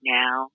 now